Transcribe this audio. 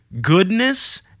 goodness